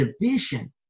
division